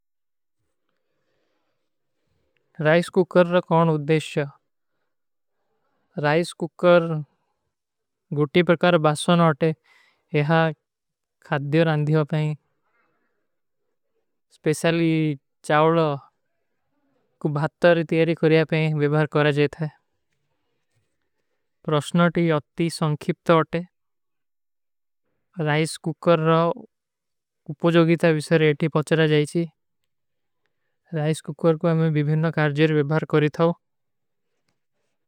Rice cooker କା କୌନ ଉଦ୍ଧେଶ ହୈ। ରାଇସ କୁକର ଗୁଟୀ ପରକାର ବାସଵନ ହୋତେ, ଏହା ଖାଦ୍ଦିଯୋଂ ଔର ଅଂଧିଯୋଂ ପହଈଂ। ସ୍ପେଶାଲୀ ଚାଵଲ କୁଛ ଭାତ୍ତର ତୀଯରୀ କୁରିଯାପେଂ ଵିଭାର କର ଜେତା ହୈ। ପ୍ରସ୍ଣଟୀ ଅତି ସଂଖିପ୍ତ ହୋତେ, ରାଇସ କୁକର ରାଓ ଉପୋ ଜୋଗୀତା ଵିସର ଏଟୀ ପହୁଚରା ଜାଈଚୀ। ରାଇସ କୁକର କୋ ହମେଂ ଵିଭିଯନନା କାର୍ଜିର ଵିଭାର କରୀ ଥାଓ।